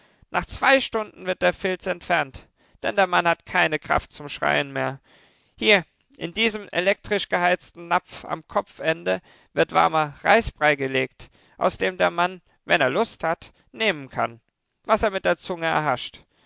nach zwei stunden wird der filz entfernt denn der mann hat keine kraft zum schreien mehr hier in diesen elektrisch geheizten napf am kopfende wird warmer reisbrei gelegt aus dem der mann wenn er lust hat nehmen kann was er mit der zunge erhascht